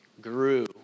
grew